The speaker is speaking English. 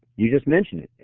you just mention it.